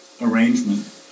arrangement